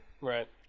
Right